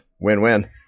win-win